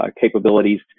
capabilities